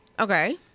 Okay